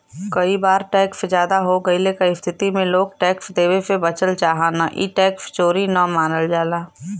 कई बार टैक्स जादा हो गइले क स्थिति में लोग टैक्स देवे से बचल चाहन ई टैक्स चोरी न मानल जाला